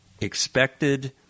expected